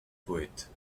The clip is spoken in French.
poètes